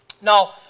Now